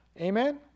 Amen